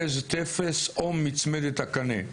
אחז תפס אום מצמדת הקנה.